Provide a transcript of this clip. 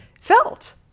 felt